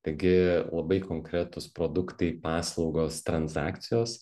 taigi labai konkretūs produktai paslaugos transakcijos